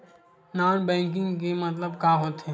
Non banking के मतलब का होथे?